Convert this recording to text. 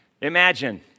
Imagine